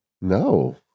no